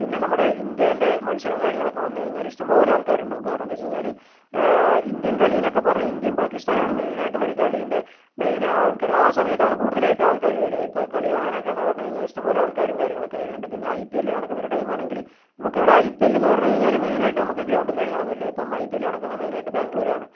പിന്നെ നമ്മുടെ ഇന്ത്യേന്റെ മത്സരവും കാര്യങ്ങളൊക്കെ വന്നു കഴിഞ്ഞാൽ ഇഷ്ടം പോലെ ആൾക്കാര് ഉണ്ടാവും കാരണമെന്താണെന്ന് വെച്ചുകഴിഞ്ഞാല് ഇന്ത്യൻ കളിയെന്നൊക്കെ പറഞ്ഞാൽ ഇന്ത്യയും പാക്കിസ്ഥാനുമാണ് മെയിനായിട്ടുള്ളൊരു കളീൻ്റെ മെയിൻ ആൾക്കാര് ആ സമയത്താണ് കൂടുതലായിട്ടും ആൾക്കാര് വരിക ഇപ്പോൾ കളികാണാൻ ഒക്കെയെന്ന് പറഞ്ഞു കഴിഞ്ഞാൽ ഇഷ്ടം പോലെ ആൾക്കാരും കാര്യങ്ങളും ഒക്കെ വരുന്നുണ്ട് പിന്നെ ഐ പി എൽ നടക്കുന്ന ഒരു ടൈമാണെങ്കിൽ നമുക്ക് ഇവിടെ ഐ പി എൽ എന്ന് പറഞ്ഞു കഴിഞ്ഞാല് മെയിനായിട്ട് നമുക്ക് ഗ്രൗണ്ടും കാര്യങ്ങളൊന്നും ഇല്ല ഇപ്പോൾ ഐ പി എൽ നടക്കുന്നത് മെയിനായിട്ട് ബാംഗ്ലൂരാണ്